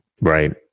Right